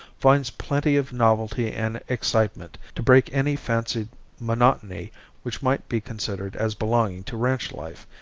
finds plenty of novelty and excitement to break any fancied monotony which might be considered as belonging to ranch life.